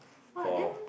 for